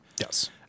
Yes